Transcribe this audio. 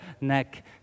neck